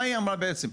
מה היא אמרה בעצם?